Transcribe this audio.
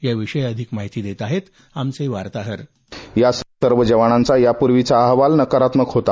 याविषयी अधिक माहिती देत आहेत आमचे वार्ताहर या सर्व जवानांचा यापूर्वीचा अहवाल नकारात्मक होता